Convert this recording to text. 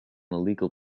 illegal